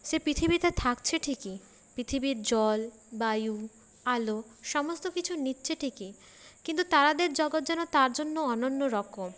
সে পৃথিবীতে থাকছে ঠিকই পৃথিবীর জল বায়ু আলো সমস্ত কিছু নিচ্ছে ঠিকই কিন্তু তারাদের জগৎ যেন তার জন্য অনন্য রকম